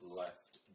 left